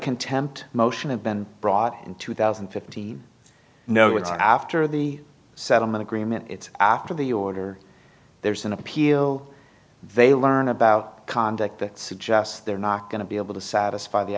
contempt motion have been brought in two thousand and fifteen no it's after the settlement agreement it's after the order there's an appeal they learn about conduct that suggests they're not going to be able to satisfy the